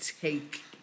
take